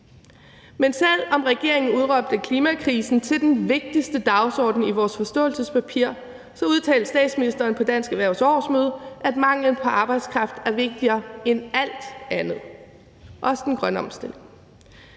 Men selv om regeringen udråbte klimakrisen til den vigtigste dagsorden i vores forståelsespapir, udtalte statsministeren på Dansk Erhvervs årsmøde, at manglen på arbejdskraft er vigtigere end alt andet, også den grønne omstilling.